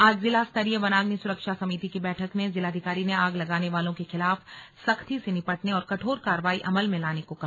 आज जिला स्तरीय वनाग्नि सुरक्षा समिति की बैठक में जिलाधिकारी ने आग लगाने वालों के खिलाफ सख्ती से निपटने और कठोर कार्यवाही अमल में लाने को कहा